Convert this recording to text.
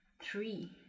Three